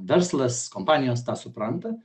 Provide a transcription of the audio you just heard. verslas kompanijos tą supranta